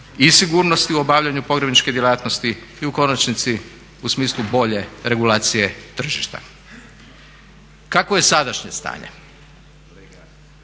i sigurnosti u obavljanju pogrebničke djelatnosti i u konačnici u smislu bolje regulacije tržišta. Kakvo je sadašnje stanje?